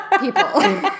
people